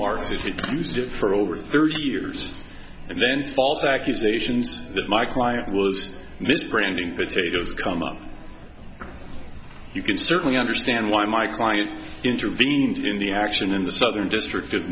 mars to use to differ over thirty years and then false accusations that my client was misbranding potatoes come on you can certainly understand why my client intervened in the action in the southern district of